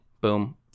boom